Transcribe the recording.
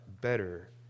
better